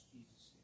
Jesus